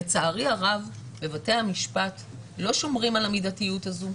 לצערי הרב, בבתי המשפט לא שומרים על המידתיות הזו.